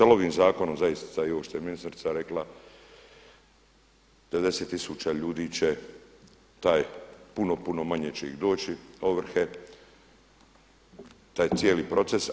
Ali ovim zakonom zaista i ovo što je ministrica rekla, 90000 ljudi će taj puno, puno manje će ih doći ovrhe, taj cijeli proces.